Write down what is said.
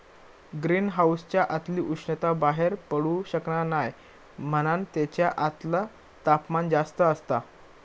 green हाउसच्या आतली उष्णता बाहेर पडू शकना नाय म्हणान तेच्या आतला तापमान जास्त असता